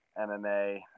MMA